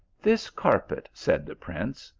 this carpet, said the prince,